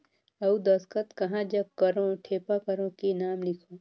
अउ दस्खत कहा जग करो ठेपा करो कि नाम लिखो?